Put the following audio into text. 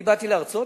אני באתי להרצות.